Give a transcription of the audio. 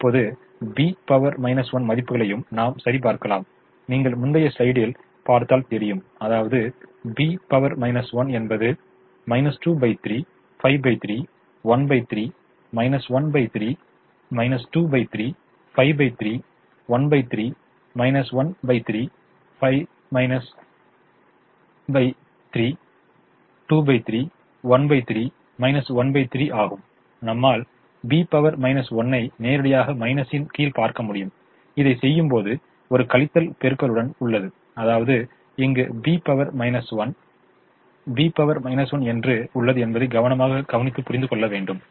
இப்போது பி 1 மதிப்புகளையும் நாம் சரிபார்க்கலாம் நீங்கள் முந்தைய ஸ்லைடியை பார்த்தல் தெரியும் அதாவது B 1 என்பது 2 3 53 13 1 3 2 3 53 13 1 3 5 3 23 13 1 3 ஆகும் நம்மால் B 1 ஐ நேரடியாக மைனஸின் கீழ் பார்க்க முடியும் இதைச் செய்யும்போது ஒரு கழித்தல் பெருக்களுடன் உள்ளது அதாவது இங்கு B 1 B 1 என்று உள்ளது என்பதை கவனமாக கவனித்து புரிந்து கொள்ள வேண்டும்